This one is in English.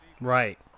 Right